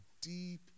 deep